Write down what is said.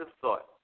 Thought